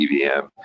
evm